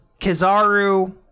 Kizaru